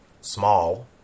small